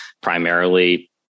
primarily